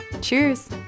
Cheers